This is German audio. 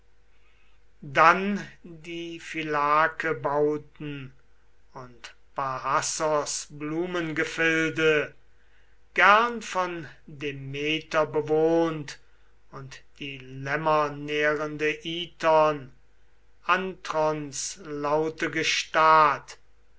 dann die philake bauten und parrhasos blumengefilde gern von demeter bewohnt und die lämmernährende iton antrons laute gestad